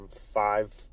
five